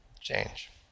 change